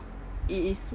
it is